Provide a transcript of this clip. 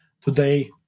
Today